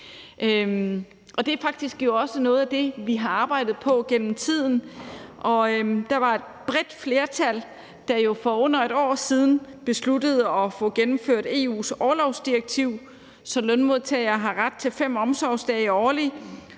det er faktisk også noget af det, vi gennem tiden har arbejdet på. Der var et bredt flertal, der jo for under et år siden besluttede at gennemføre EU's orlovsdirektiv, så lønmodtagere har ret til 5 omsorgsdage årligt,